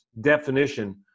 definition